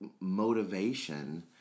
motivation